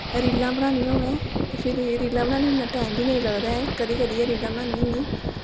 रीलां बनानिया होऐ फिर रीलां बनाने गी इन्ना टैम बी निं लगदा ऐ कदैं कदैं गै रीलां बनान्नी होन्नीं